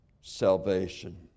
salvation